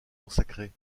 consacrés